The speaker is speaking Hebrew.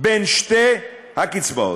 בין שתי הקצבאות.